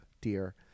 dear